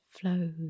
flows